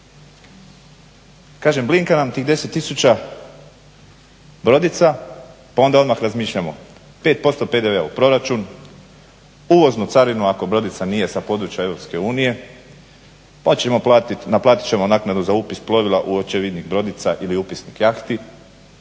Kaže blinka nam tih 10 tisuća brodica pa onda odmah razmišljamo 5% PDV u proračun, uvoznu carinu ako brodica nije sa područja EU, pa ćemo naplatiti naknadu za upis plovila u očevidnih brodica ili upisnik jahti,